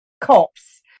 cops